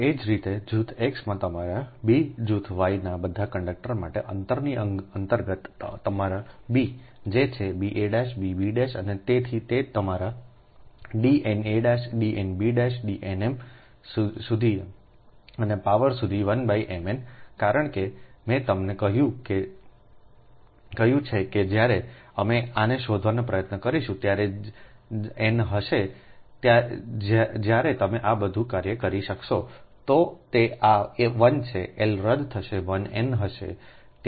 એ જ રીતેજૂથ X માંતમારાb જૂથ વાયના બધા કંડક્ટર માટે અંતરની અંતર્ગતતમારાb જે છે ba bb અને તેથી તમારા D na D nb D nm સુધી અને પાવર સુધી 1 mn કારણ કે મેં તમને કહ્યું છે કે જ્યારે અમે આને શોધવાનો પ્રયત્ન કરીશું ત્યારે જ n હશે જ્યારે તમે આ બધુ કાર્ય કરી શકશો તો આ 1 છે L રદ થશે 1 n હશે ત્યાં